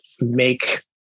make